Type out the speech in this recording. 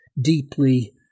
deeply